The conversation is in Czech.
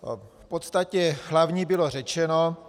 V podstatě hlavní bylo řečeno.